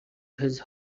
his